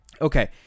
okay